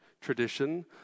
tradition